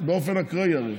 באופן אקראי, הרי.